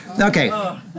Okay